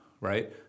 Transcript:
right